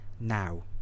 now